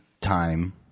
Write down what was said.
time